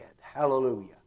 Hallelujah